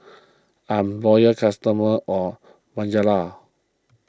I'm loyal customer of Bonjela